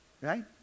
Right